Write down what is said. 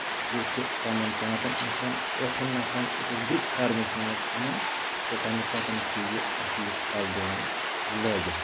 یہِ چھُ پَنٕنین پانٛژن نَفرن ٲٹھن نَفرن أکِس گرُپ فارمیشنہِ منٛز اَنان تہٕ تَمہِ پَتہٕ چھُ اَسہِ یہِ تھل دِوان لٲگِتھ